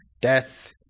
death